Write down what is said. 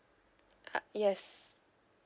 uh yes